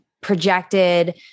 projected